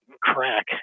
crack